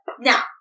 now